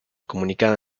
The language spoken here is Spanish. comunicada